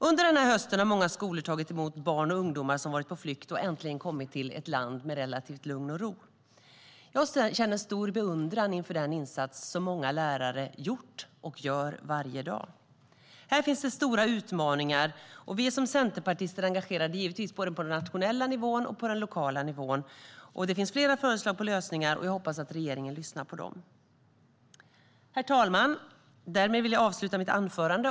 Under hösten har många skolor tagit emot barn och ungdomar som varit på flykt och äntligen kommit till ett land med relativt sett lugn och ro. Jag känner stor beundran för den insats som många lärare gjort och gör varje dag. Här finns det stora utmaningar. Vi är som centerpartister givetvis engagerade på både den nationella nivån och den lokala nivån. Det finns flera förslag på lösningar. Jag hoppas att regeringen lyssnar på dem. Herr talman! Jag vill därmed avsluta mitt anförande.